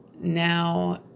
now